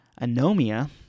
anomia